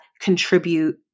contribute